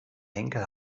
henkel